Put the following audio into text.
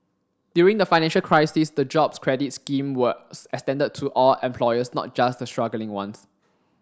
during the financial crisis the Jobs Credit scheme was extended to all employers not just the struggling ones